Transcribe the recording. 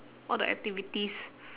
all the activities